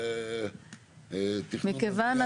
מכיוון,